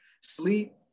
sleep